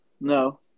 No